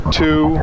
two